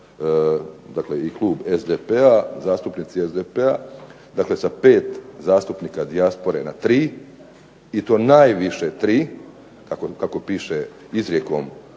dakle i klub SDP-a, zastupnici SDP-a, dakle sa 5 zastupnika dijaspore na 3 i to najviše 3, kako piše izrijekom